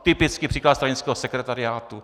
Typický příklad stranického sekretariátu.